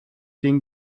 den